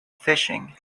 fishing